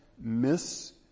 miss